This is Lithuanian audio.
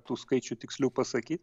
tų skaičių tikslių pasakyt